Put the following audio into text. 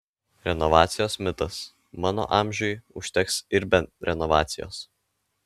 renovacijos mitas mano amžiui užteks ir be renovacijos